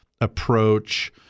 approach